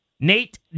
Nate